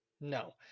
No